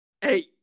Hey